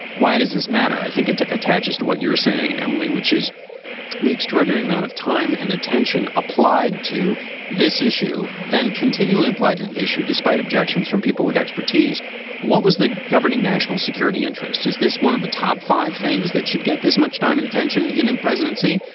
why does this matter. i think it attaches to what you're saying emily which is the extraordinary amount of time and attention applied to this issue then continually applied to the issue despite objections from people with expertise expertise what was the governing national security interest. is this one of the top five things that should get this much time and attention in a presidency.